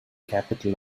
capital